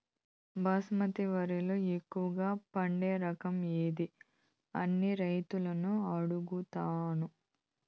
బాస్మతి వరిలో ఎక్కువగా పండే రకం ఏది అని రైతులను అడుగుతాను?